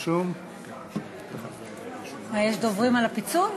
יש דוברים על הפיצול?